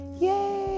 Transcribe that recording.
Yay